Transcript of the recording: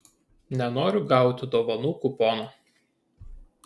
nenoriu gauti dovanų kupono